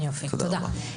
תודה רבה.